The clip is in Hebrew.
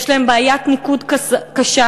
יש להם בעיית ניקוז קשה,